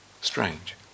Strange